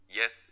yes